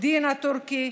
דינא תורכי,